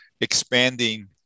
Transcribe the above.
expanding